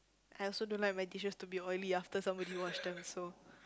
I also don't like my dishes to be oily after somebody wash them so